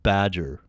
Badger